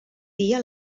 dia